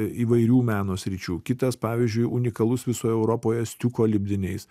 įvairių meno sričių kitas pavyzdžiui unikalus visoj europoje stiuko lipdiniais